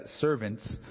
servants